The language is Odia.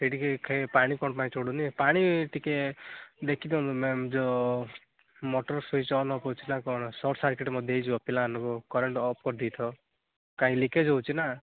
ସେଇଠିକି କାଇଁ ପାଣି କ'ଣପାଇଁ ଚଢ଼ୁନି ପାଣି ଟିକିଏ ଦେଖିଦିଅନ୍ତୁ ମ୍ୟାମ୍ ଯୋ ମଟର ସୁଇଚ୍ ଅନ୍ ଅଫ୍ ଅଛି ନା କଣ ସର୍ଟ ସାର୍କିଟ୍ ମଧ୍ୟ ହେଇଯିବ ପିଲାମାନଙ୍କୁ କରେଣ୍ଟ ଅଫ୍ କରିଦେଇଥାଅ ପାଣି ଲିକେଜ୍ ହେଉଛି ନା